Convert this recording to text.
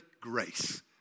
grace